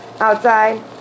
outside